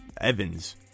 Evans